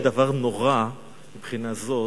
זה דבר נורא מבחינה זאת,